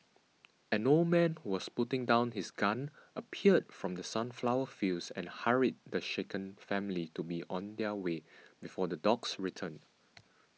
an old man who was putting down his gun appeared from the sunflower fields and hurried the shaken family to be on their way before the dogs return